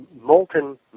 molten